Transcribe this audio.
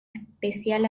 especial